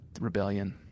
rebellion